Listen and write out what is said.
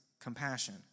compassion